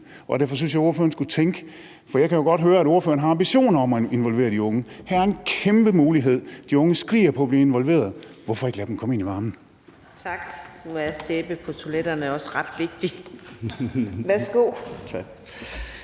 og derfor synes jeg, at ordføreren skulle tænke – for jeg kan jo godt høre, at ordføreren har ambitioner om at involvere de unge – at her en kæmpe mulighed. De unge skriger på at blive involveret, så hvorfor ikke lade dem komme ind i varmen? Kl. 15:02 Fjerde næstformand (Karina Adsbøl): Tak.